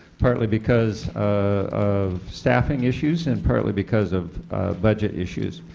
partly because of staffing issues, and partly because of budget issues.